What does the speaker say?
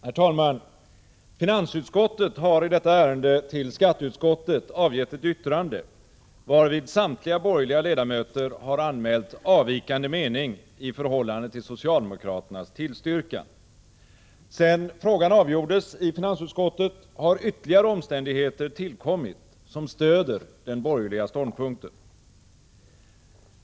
Herr talman! Finansutskottet har i detta ärende till skatteutskottet avgett ett yttrande, varvid samtliga borgerliga ledamöter har anmält avvikande mening i förhållande till socialdemokraternas tillstyrkan. Sedan frågan avgjordes i finansutskottet har ytterligare omständigheter tillkommit som stöder den borgerliga ståndpunkten.